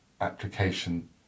application